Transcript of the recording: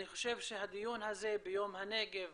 אני חושב שהדיון הזה ביום הנגב